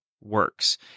works